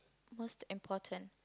most important